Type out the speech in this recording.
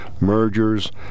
mergers